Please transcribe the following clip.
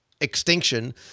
extinction